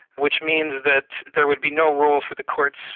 which mean that there would be no role for the courts,